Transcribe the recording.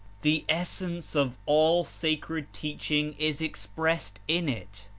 the essence of all sacred teaching is ex pressed in it.